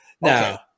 now